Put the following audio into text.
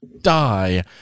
die